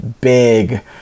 big